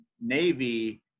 Navy